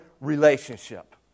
relationship